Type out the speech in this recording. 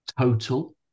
Total